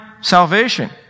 salvation